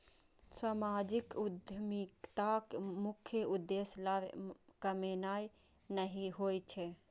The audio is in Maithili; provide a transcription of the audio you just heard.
सामाजिक उद्यमिताक मुख्य उद्देश्य लाभ कमेनाय नहि होइ छै